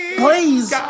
please